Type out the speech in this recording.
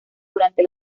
durante